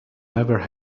never